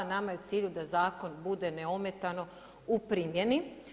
Nama je u cilju da zakon bude neometano u primjeni.